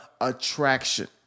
attraction